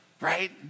right